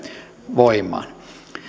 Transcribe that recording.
voimaan